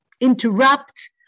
interrupt